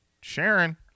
Sharon